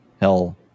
hell